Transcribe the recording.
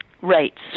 rates